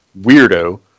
weirdo